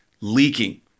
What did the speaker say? leaking